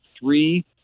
three